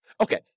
Okay